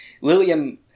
William